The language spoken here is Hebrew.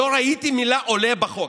לא ראיתי את המילה "עולה" בחוק.